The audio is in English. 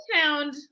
sound